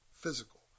physical